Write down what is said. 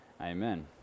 Amen